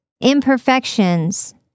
imperfections